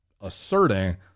asserting